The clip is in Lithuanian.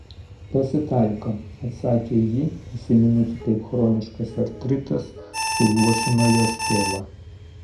pasitaiko atsakė ji prisiminusi kaip chroniškas artritas suluošino jos tėvą